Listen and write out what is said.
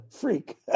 freak